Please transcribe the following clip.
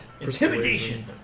Intimidation